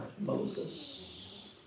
Moses